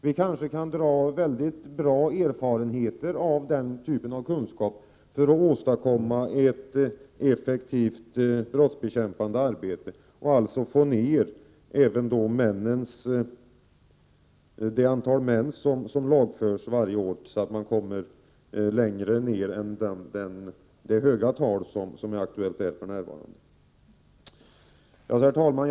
Vi kanske kunde dra goda erfarenheter av den typen av kunskap när det gäller att åstadkomma ett effektivt brottsbekämpande arbete och alltså få ner antalet män som lagförs varje år. För närvarande är det ju ett högt tal. Herr talman!